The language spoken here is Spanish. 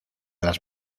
las